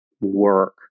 work